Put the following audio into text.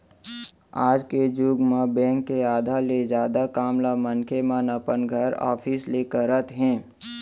आज के जुग म बेंक के आधा ले जादा काम ल मनखे मन अपन घर, ऑफिस ले करत हे